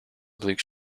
bleak